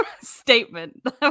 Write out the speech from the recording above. statement